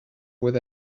with